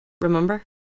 remember